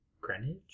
Greenwich